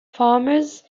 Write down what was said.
farmers